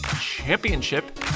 Championship